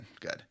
Good